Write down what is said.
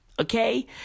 okay